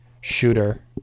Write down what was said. Shooter